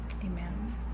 Amen